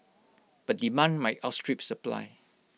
but demand might outstrip supply